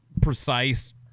precise